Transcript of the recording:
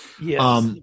Yes